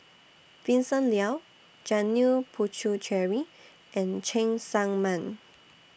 Vincent Leow Janil Puthucheary and Cheng Tsang Man